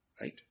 right